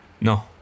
No